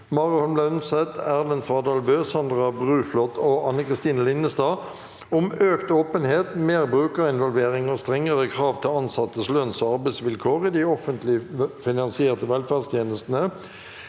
Mari Holm Lønseth, Erlend Svardal Bøe, Sandra Bruflot og Anne Kristine Linnestad om økt åpenhet, mer brukerin- volvering og strenge krav til ansattes lønns- og arbeidsvil- kår i de offentlig finansierte velferdstjenestene